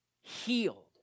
healed